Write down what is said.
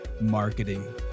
marketing